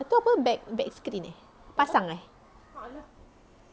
tu apa back back screen eh pasang eh